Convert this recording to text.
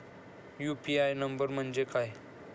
UPI number म्हणजे काय?